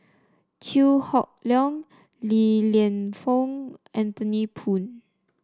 Chew Hock Leong Li Lienfung Anthony Poon